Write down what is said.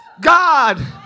God